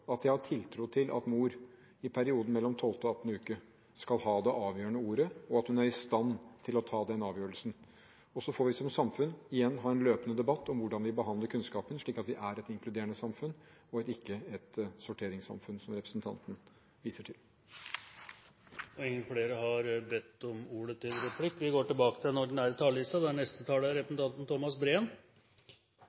av de vektleggingene han foretar der. For meg kommer det allikevel tilbake til det grunnleggende forhold at jeg har tiltro til at mor i perioden mellom 12. og 18. uke skal ha det avgjørende ordet, og at hun er i stand til å ta den avgjørelsen. Så får vi som samfunn igjen ha en løpende debatt om hvordan vi behandler kunnskapen, slik at vi er et inkluderende samfunn, ikke et sorteringssamfunn, som representanten viser til. Flere har ikke bedt om ordet til replikk. Aller først vil jeg si at jeg er